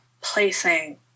placing